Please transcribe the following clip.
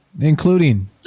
Including